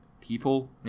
people